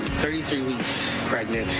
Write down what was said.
thirty three weeks pregnant.